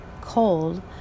cold